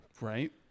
Right